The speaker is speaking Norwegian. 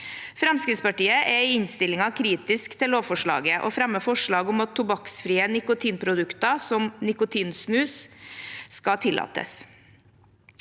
Fremskrittspartiet er i innstillingen kritisk til lovforslaget og fremmer forslag om at tobakksfrie nikotinprodukter, som nikotinsnus, skal tillates.